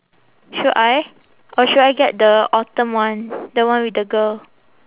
should I or should I get the autumn one the one with the girl